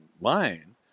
line